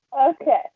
okay